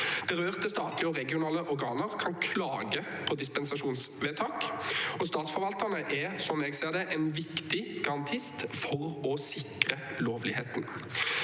Berørte statlige og regionale organer kan klage på dispensasjonsvedtak. Statsforvalterne er, som jeg ser det, en viktig garantist for å sikre lovligheten.